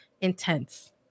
Intense